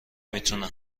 میتونم